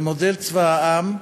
במודל צבא העם,